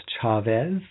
chavez